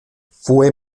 fue